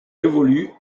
évolue